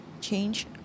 change